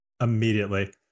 Immediately